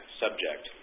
subject